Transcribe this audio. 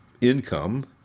income